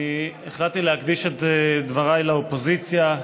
החלטתי להקדיש את דבריי לאופוזיציה.